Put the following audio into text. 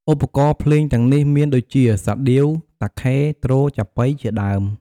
ឧបករណ៍ភ្លេងទាំងនេះមានដូចជា សាដៀវ តាខេ ទ្រ ចាប៉ី ជាដើម។